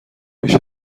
پیش